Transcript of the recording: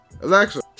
Alexa